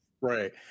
Right